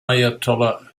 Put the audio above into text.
ayatollah